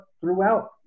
throughout